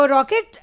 Rocket